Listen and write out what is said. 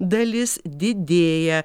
dalis didėja